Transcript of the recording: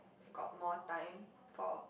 got more time for